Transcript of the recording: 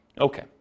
Okay